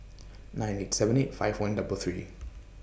nine eight seven eight five one double three